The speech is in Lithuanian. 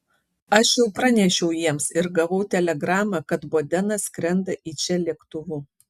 aš jau pranešiau jiems ir gavau telegramą kad bodenas skrenda į čia lėktuvu